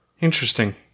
interesting